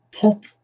pop